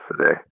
today